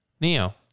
Neo